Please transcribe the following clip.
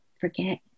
forget